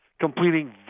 completing